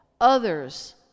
others